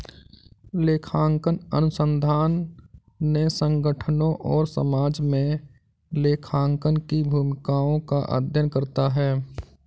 लेखांकन अनुसंधान ने संगठनों और समाज में लेखांकन की भूमिकाओं का अध्ययन करता है